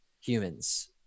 humans